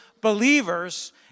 believers